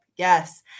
Yes